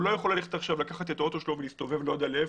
הוא לא יכול ללכת עכשיו לקחת את הרכב שלו ולהסתובב לא יודע היכן,